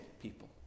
people